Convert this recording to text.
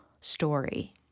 story